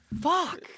Fuck